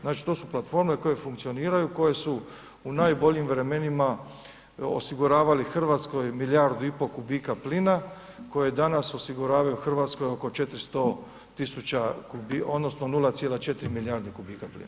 Znači, to su platforme koje funkcioniraju koje su u najboljim vremenima osiguravali Hrvatskoj milijardu i pol kubika plina koje danas osiguravaju Hrvatskoj oko 400 tisuća kubika odnosno 0,4 milijarde kubika plina.